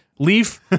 Leaf